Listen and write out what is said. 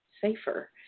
safer